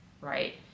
right